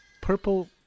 Purple